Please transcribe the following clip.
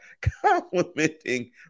complimenting